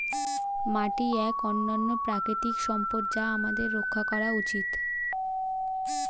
মাটি এক অনন্য প্রাকৃতিক সম্পদ যা আমাদের রক্ষা করা উচিত